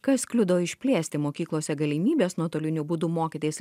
kas kliudo išplėsti mokyklose galimybes nuotoliniu būdu mokytis